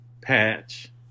patch